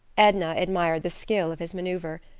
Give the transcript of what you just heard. edna admired the skill of his maneuver,